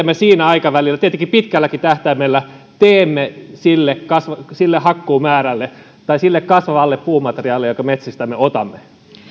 me sillä aikavälillä tietenkin pitkälläkin tähtäimellä teemme sille hakkuumäärälle tai sille kasvavalle puumateriaalille jonka metsistämme otamme